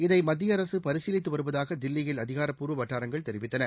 இதை மத்திய அரசு பரிசீலித்து வருவதாக தில்லியில் அதிகாரப்பூர்வ வட்டாரங்கள் தெரிவித்தன